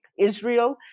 Israel